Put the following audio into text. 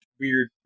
weird